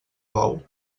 bou